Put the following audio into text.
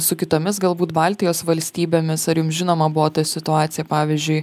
su kitomis galbūt baltijos valstybėmis ar jums žinoma buvo ta situacija pavyzdžiui